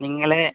നിങ്ങള്